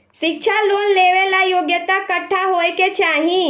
शिक्षा लोन लेवेला योग्यता कट्ठा होए के चाहीं?